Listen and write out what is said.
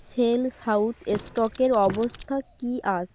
shell south স্টকের অবস্থা কি আছে